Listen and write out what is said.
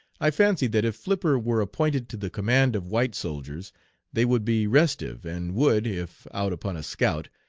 i fancy that if flipper were appointed to the command of white soldiers they would be restive, and would, if out upon a scout,